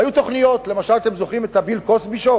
והיו תוכניות כמו למשל המופע של ביל קוסבי.